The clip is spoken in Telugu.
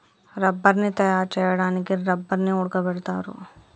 రబ్బర్ని తయారు చేయడానికి రబ్బర్ని ఉడకబెడతారు